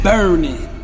Burning